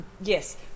Yes